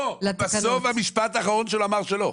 לא, בסוף במשפט האחרון שלו, הוא אמר שלא.